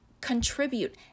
contribute